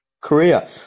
Korea